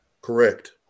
Correct